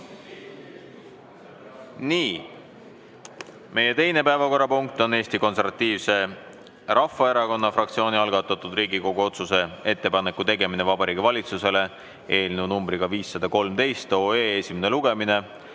Nii. Meie teine päevakorrapunkt on Eesti Konservatiivse Rahvaerakonna fraktsiooni algatatud Riigikogu otsuse "Ettepaneku tegemine Vabariigi Valitsusele" eelnõu nr 513 esimene lugemine.